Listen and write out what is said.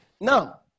now